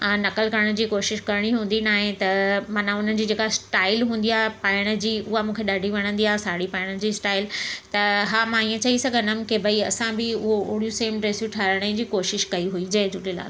नकल करण जी कोशिशि करणी हूंदी नाहे त माना हुननि जी जेका स्टाइल हूंदी आहे पाइण जी उहा मूंखे ॾाढी वणंदी आहे साड़ी पाइण जी स्टाइल त हा मां इएं चई सघंदमि कि भई असां बि उहो ओड़ियूं सेम ड्रेसियूं ठाराइण जी कोशिशि कई हुई जय झूलेलाल